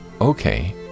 Okay